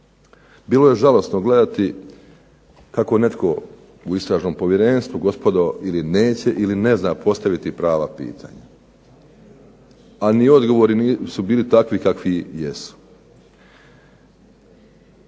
Bilo je žalosno gledati kako netko u Istražnom povjerenstvu gospodo ili neće ili ne zna postaviti prava pitanja, a ni odgovori nisu bili takvi kakvi jesu.